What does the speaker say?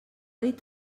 dit